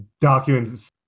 documents